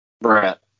Brett